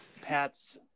Pats